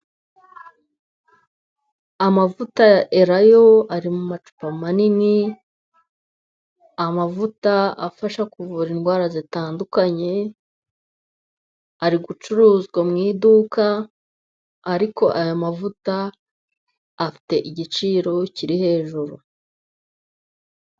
Amavuta ya erayo ari mu macupa manini. Amavuta afasha kuvura indwara zitandukanye, ari gucuruzwa mu iduka, ariko aya mavuta afite igiciro kiri hejuru.